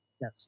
Yes